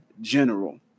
general